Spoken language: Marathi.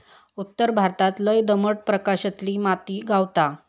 उत्तर भारतात लय दमट प्रकारातली माती गावता